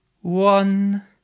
one